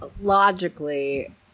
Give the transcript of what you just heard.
Logically